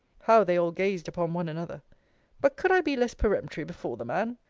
how they all gazed upon one another but could i be less peremptory before the man?